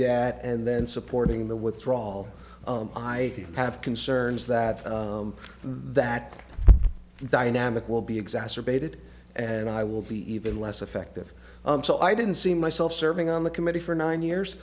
dadt and then supporting the withdrawal i have concerns that that dynamic will be exacerbated and i will be even less effective so i didn't see myself serving on the committee for nine years